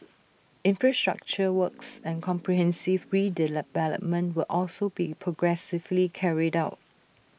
infrastructure works and comprehensive redevelopment will also be progressively carried out